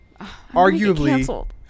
Arguably